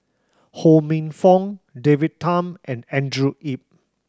Ho Minfong David Tham and Andrew Yip